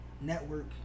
network